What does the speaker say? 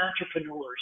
entrepreneurs